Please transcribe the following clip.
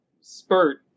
spurt